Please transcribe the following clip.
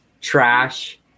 trash